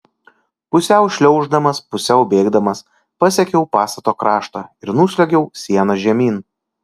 pusiau šliauždamas pusiau bėgdamas pasiekiau pastato kraštą ir nusliuogiau siena žemyn